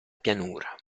pianura